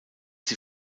sie